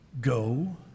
go